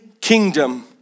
kingdom